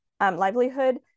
livelihood